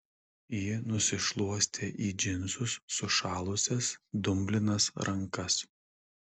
ji nusišluostė į džinsus sušalusias dumblinas rankas